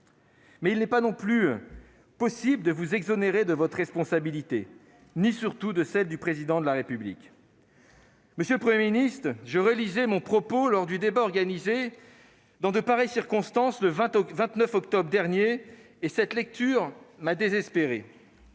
mais il n'est pas non plus possible de vous exonérer de votre responsabilité, et en particulier d'exonérer le Président de la République de la sienne. Monsieur le Premier ministre, je relisais les propos que j'ai tenus lors du débat organisé dans de pareilles circonstances le 29 octobre dernier et cette lecture m'a désespéré